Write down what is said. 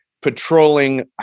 patrolling